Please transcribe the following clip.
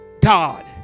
god